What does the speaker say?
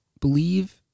believe